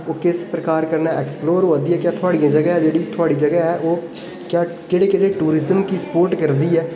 ओह् किस प्रकार कन्नै एक्सप्लोर होआ दी ऐ क्या थुआड़ी जेह्ड़ी जगह् ऐ जेह्ड़ी थुआड़ी जगह् ऐ जेह्ड़ी क्या केह्ड़े केह्ड़े टूरिस्ट गी स्पोर्ट करदी ऐ